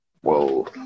Whoa